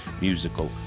musical